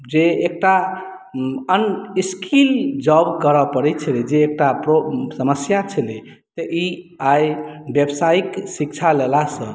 जे एकटा unskilled job करय पड़ैत छलै जे एकटा प्रॉब समस्या छलै से ई आइ व्यासायिक शिक्षा लेलासँ